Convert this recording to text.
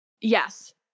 Yes